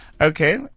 Okay